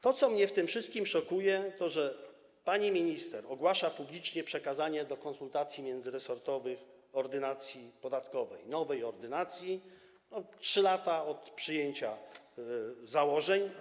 To, co mnie w tym wszystkim szokuje, to to, że pani minister ogłasza publicznie przekazanie do konsultacji międzyresortowych Ordynacji podatkowej, nowej ordynacji, 3 lata od przyjęcia założeń.